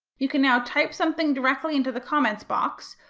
you can now type something directly into the comments box,